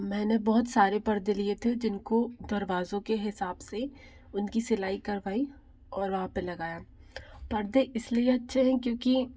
मैंने बहुत सारे पर्दे लिए थे जिनको दरवाजो के हिसाब से उनकी सिलाई करवाई और वहाँ पर लगाया पर्दे इसलिए अच्छे हैं क्योंकि